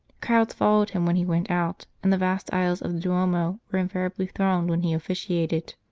crowds followed him when he went out, and the vast aisles of the duomo were invariably thronged when he officiated.